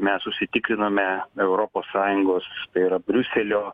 mes užsitikrinome europos sąjungos tai yra briuselio